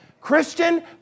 Christian